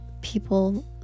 people